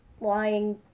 lying